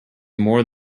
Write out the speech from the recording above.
more